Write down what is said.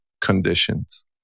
conditions